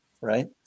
right